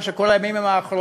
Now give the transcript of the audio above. מה שקורה כל הימים האחרונים,